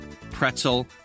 pretzel